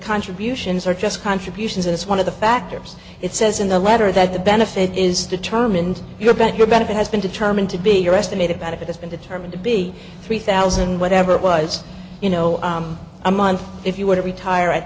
contributions are just contributions and it's one of the factors it says in the letter that the benefit is determined your bet your benefit has been determined to be your estimate about if it has been determined to be three thousand whatever it was you know a month if you were to retire at